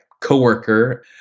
coworker